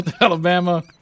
Alabama